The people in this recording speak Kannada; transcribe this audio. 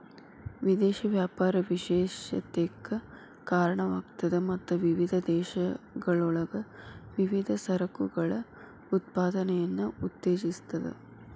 ವಿದೇಶಿ ವ್ಯಾಪಾರ ವಿಶೇಷತೆಕ್ಕ ಕಾರಣವಾಗ್ತದ ಮತ್ತ ವಿವಿಧ ದೇಶಗಳೊಳಗ ವಿವಿಧ ಸರಕುಗಳ ಉತ್ಪಾದನೆಯನ್ನ ಉತ್ತೇಜಿಸ್ತದ